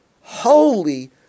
holy